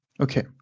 Okay